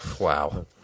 wow